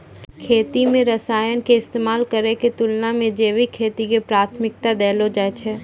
खेती मे रसायन के इस्तेमाल करै के तुलना मे जैविक खेती के प्राथमिकता देलो जाय छै